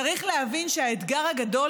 צריך להבין שהאתגר הגדול,